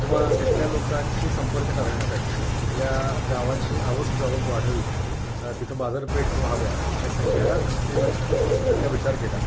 किंवा तिथल्या लोकांशी संपर्क साधण्यासाठी तिथल्या गावांशी आवक जावक वाढावी तिथं बाजारपेठ व्हाव्या ह्या सगळ्या दृष्टीनं जर का विचार केला